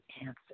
answer